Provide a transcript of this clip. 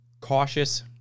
Cautious